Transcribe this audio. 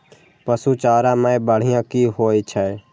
पशु चारा मैं बढ़िया की होय छै?